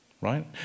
right